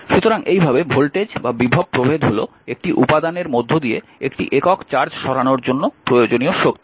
সুতরাং এইভাবে ভোল্টেজ বা বিভব প্রভেদ হল একটি উপাদানের মধ্য দিয়ে একটি একক চার্জ সরানোর জন্য প্রয়োজনীয় শক্তি